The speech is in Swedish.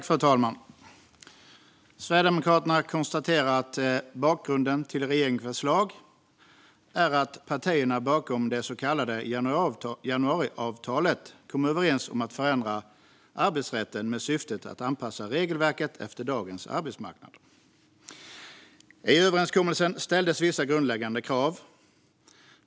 Fru talman! Sverigedemokraterna konstaterar att bakgrunden till regeringens förslag är att partierna bakom det så kallade januariavtalet kom överens om att förändra arbetsrätten med syftet att anpassa regelverket efter dagens arbetsmarknad. I överenskommelsen ställdes vissa grundläggande krav.